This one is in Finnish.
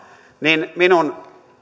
niin minun